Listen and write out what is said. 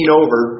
over